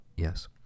Yes